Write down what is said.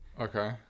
Okay